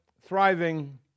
Thriving